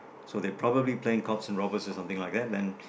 so they're probably playing cops and robbers or something like that and